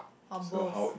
or both